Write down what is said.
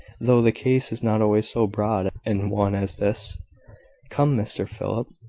though the case is not always so broad an one as this come, mr philip,